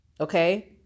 okay